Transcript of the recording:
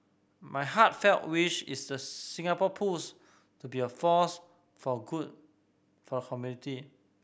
my heartfelt wish is a Singapore Pools to be a force for good for community